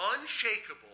unshakable